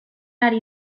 ari